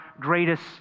greatest